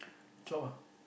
chop ah